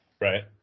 Right